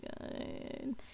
good